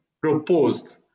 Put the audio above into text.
proposed